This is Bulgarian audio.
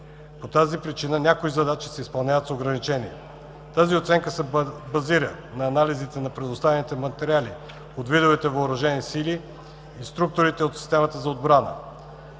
По тази причина някои задачи се изпълняват с ограничения. Тази оценка се базира на анализите на предоставените материали от видовете въоръжени сили и структурите от системата за отбрана.